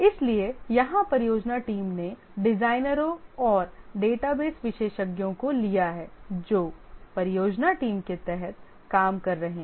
इसलिए यहां परियोजना टीम ने डिजाइनरों और डेटाबेस विशेषज्ञों को लिया है जो परियोजना टीम के तहत काम कर रहे हैं